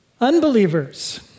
unbelievers